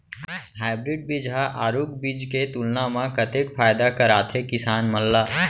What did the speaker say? Hybrid बीज हा आरूग बीज के तुलना मा कतेक फायदा कराथे किसान मन ला?